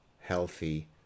healthy